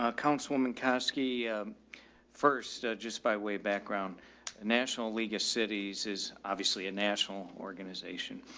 ah council woman kosky first just by way background and national league of cities is obviously a national organization.